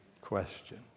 question